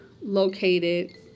located